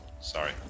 Sorry